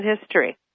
history